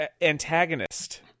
antagonist